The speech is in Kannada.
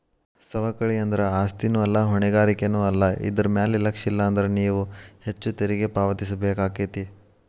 ಸವಕಳಿ ಅಂದ್ರ ಆಸ್ತಿನೂ ಅಲ್ಲಾ ಹೊಣೆಗಾರಿಕೆನೂ ಅಲ್ಲಾ ಇದರ್ ಮ್ಯಾಲೆ ಲಕ್ಷಿಲ್ಲಾನ್ದ್ರ ನೇವು ಹೆಚ್ಚು ತೆರಿಗಿ ಪಾವತಿಸಬೇಕಾಕ್ಕೇತಿ